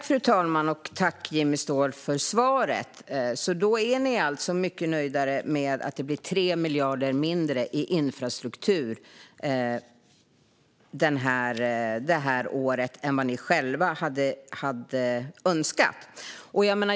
Fru talman! Tack, Jimmy Ståhl, för svaret! Då är ni alltså mycket nöjdare med att det blir 3 miljarder mindre i infrastruktur det kommande året än vad ni själva hade önskat.